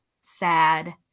sad